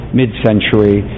mid-century